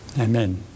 Amen